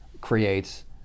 creates